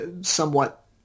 somewhat